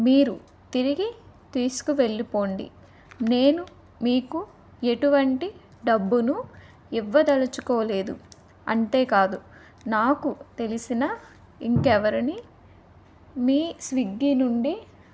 మీరు తిరిగి తీసుకువెళ్ళిపోండి నేను మీకు ఎటువంటి డబ్బును ఇవ్వదలుచుకోలేదు అంతేకాదు నాకు తెలిసిన ఇంకెవరిని మీ స్విగ్గీ నుండి